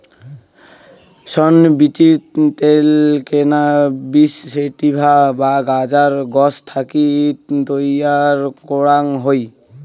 শন বীচির ত্যাল cannabis sativa বা গাঁজার গছ থাকি তৈয়ার করাং হই